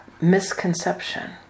misconception